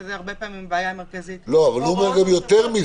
שזה הרבה פעמים הבעיה המרכזית --- הוא אומר יותר מזה,